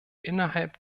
innerhalb